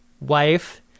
wife